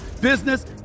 business